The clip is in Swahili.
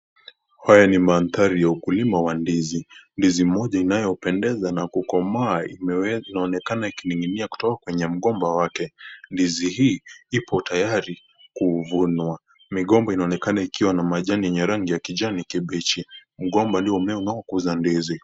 Haya ni manthari ya ukulima wa ndizi, ndizi moja iliyo pendeza na kukomaa imewe, inaonekana ikininginia kutoka kwenye mgomba wake, ndizi hii ipo tayari, kuvunwa, migomba inaonekana ikiwa na majani yenye rangi ya kijani kibichi, mgomba uiomea unakuza ndizi.